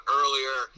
earlier